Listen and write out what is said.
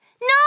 No